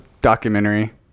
documentary